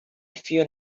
fear